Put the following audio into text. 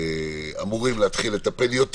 אמורים להתחיל לטפל יותר.